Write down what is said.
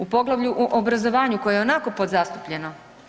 U poglavlju u obrazovanju koje je ionako podzastupljeno.